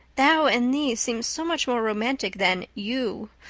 thou and thee seem so much more romantic than you.